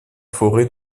forêt